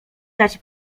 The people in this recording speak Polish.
widać